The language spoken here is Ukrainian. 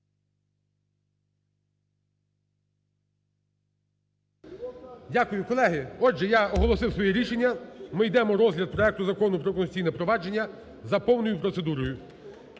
Дякую. Колеги, отже, я оголосив своє рішення, ми йдемо розгляд проекту Закону про Конституційне провадження за повною процедурою.